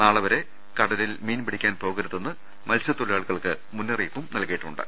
നാളെവരെ കടലിൽ മീൻപി ടിക്കാൻ പോകരുതെന്ന് മത്സൃത്തൊഴിലാളികൾക്ക് മുന്നറിയിപ്പ് നൽകിയി ട്ടുണ്ട്